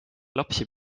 lapsi